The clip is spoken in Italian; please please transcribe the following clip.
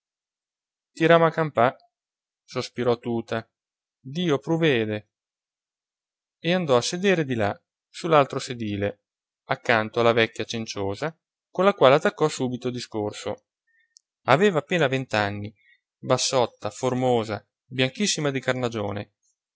a campà sospirò tuta dio pruvede e andò a sedere di là su l'altro sedile accanto alla vecchia cenciosa con la quale attaccò subito discorso aveva appena vent'anni bassotta formosa bianchissima di carnagione